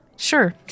Sure